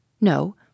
No